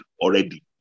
already